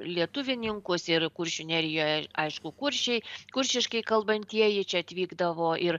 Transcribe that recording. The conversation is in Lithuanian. lietuvininkus ir kuršių nerijoje aišku kuršiai kuršiškai kalbantieji čia atvykdavo ir